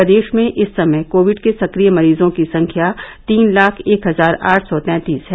प्रदेश में इस समय कोविड के सक्रिय मरीजों की संख्या तीन लाख एक हजार आठ सौ तैंतीस है